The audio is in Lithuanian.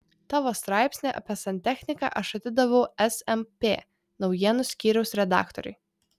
tavo straipsnį apie santechniką aš atidaviau smp naujienų skyriaus redaktoriui